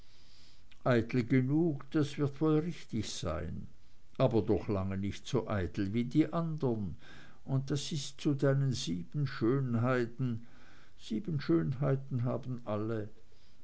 genug das wird wohl richtig sein aber doch lange nicht so eitel wie die anderen und das ist zu deinen sieben schönheiten sieben schönheiten haben alle